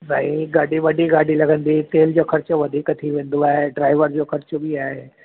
साईं गाॾी वॾी गाॾी लॻंदी तेल जो ख़र्चु वधीक थी वेंदो आहे ड्राइवर जो ख़र्च बि आहे